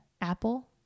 Apple